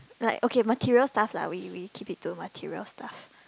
like okay material stuff lah we we keep it to material stuff